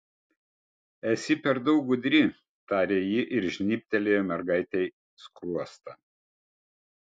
esi per daug gudri tarė ji ir žnybtelėjo mergaitei skruostą